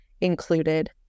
included